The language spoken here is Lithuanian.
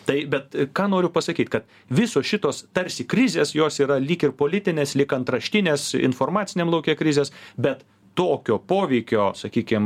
tai bet ką noriu pasakyt kad visos šitos tarsi krizės jos yra lyg ir politinės lyg antraštinės informaciniam lauke krizės bet tokio poveikio sakykim